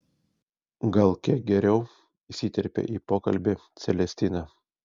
gal kiek geriau įsiterpė į pokalbį celestina